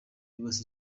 yubatse